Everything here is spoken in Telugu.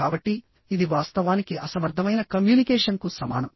కాబట్టి ఇది వాస్తవానికి అసమర్థమైన కమ్యూనికేషన్కు సమానం